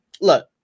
look